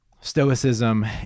stoicism